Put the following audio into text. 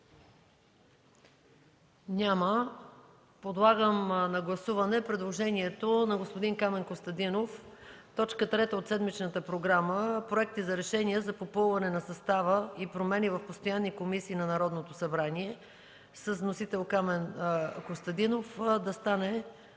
Няма. Подлагам на гласуване предложението на господин Камен Костадинов – точка трета от седмичната програма – „Проекти за решения за попълване на състава и промени в постоянни комисии на Народното събрание” с вносител Камен Костадинов, да стане